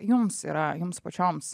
jums yra jums pačioms